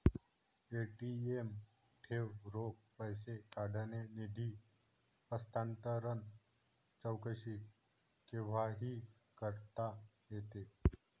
ATM ठेव, रोख पैसे काढणे, निधी हस्तांतरण, चौकशी केव्हाही करता येते